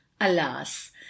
alas